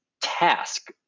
task